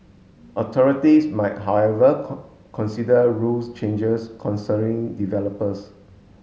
authorities might however consider rules changes concerning developers